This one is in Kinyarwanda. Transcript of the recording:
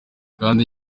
kandi